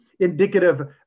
indicative